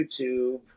YouTube